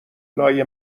لای